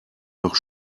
noch